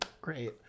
Great